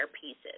pieces